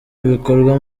bikorwa